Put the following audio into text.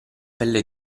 pelle